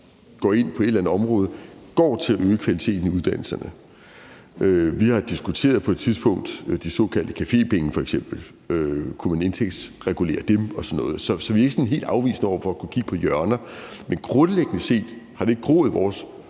gøre noget på det område, går til at øge kvaliteten i uddannelserne. Vi har f.eks. også på et tidspunkt diskuteret de såkaldte cafépenge, altså om man kunne indtægtsregulere dem osv. Så vi er ikke helt afvisende over for at kigge på hjørner af det, men grundlæggende set har det ikke groet i vores